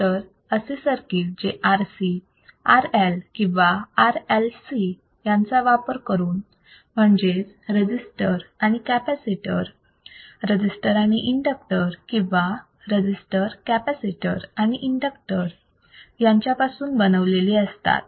तर असे सर्किटस जे RC RL किंवा RLC यांचा वापर करून म्हणजेच रजिस्टर आणि कॅपॅसिटर रजिस्टर आणि इंडक्टर किंवा रजिस्टर कॅपॅसिटर आणि इंडक्टर यांच्यापासून बनलेली असतात